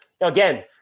again